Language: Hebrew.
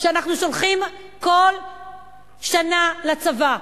שאנחנו שולחים כל שנה לצבא.